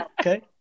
okay